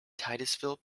titusville